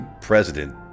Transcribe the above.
president